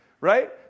right